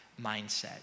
mindset